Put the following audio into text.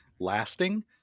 lasting